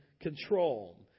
control